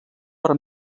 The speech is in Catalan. per